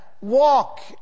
Walk